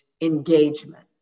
engagement